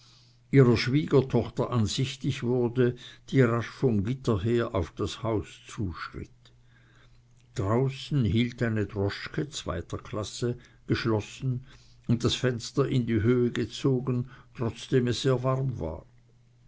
ihrer schwiegertochter ansichtig wurde die rasch vom gitter her auf das haus zuschritt draußen hielt eine droschke zweiter klasse geschlossen und das fenster in die höhe gezogen trotzdem es sehr warm war